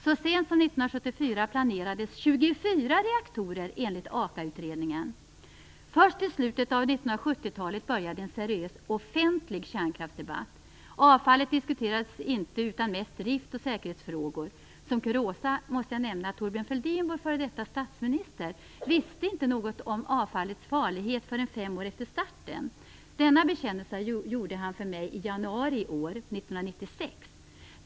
Så sent som 1974 planerades Först i slutet av 1970-talet började en seriös offentlig kärnkraftsdebatt. Avfallet diskuterades inte, utan mest drift och säkerhetsfrågor. Som kuriosa måste jag nämna att Thorbjörn Fälldin, vår före detta statsminister, inte visste något om avfallets farlighet förrän fem år efter starten. Denna bekännelse gjorde han för mig i januari i år, 1996!